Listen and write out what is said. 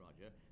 Roger